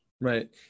Right